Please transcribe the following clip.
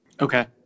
Okay